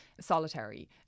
solitary